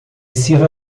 sirva